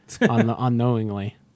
unknowingly